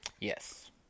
Yes